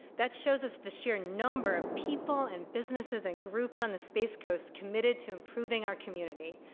that shows us the sheer number of people and businesses and groups on the space coast committed to improving our community.